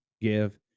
give